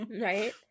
Right